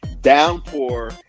downpour